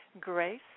grace